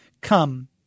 Come